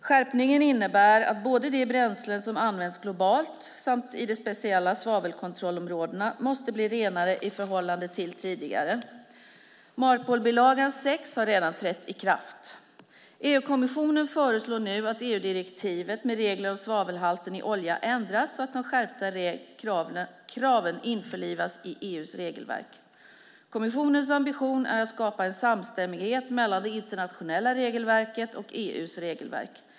Skärpningen innebär att både de bränslen som används globalt samt de som används i de speciella svavelkontrollområdena måste bli renare i förhållande till tidigare. Marpolbilagan VI har redan trätt i kraft. EU-kommissionen föreslår nu att EU-direktivet med regler om svavelhalten i olja ändras så att de skärpta kraven införlivas i EU:s regelverk. Kommissionens ambition är att skapa en samstämmighet mellan det internationella regelverket och EU:s regelverk.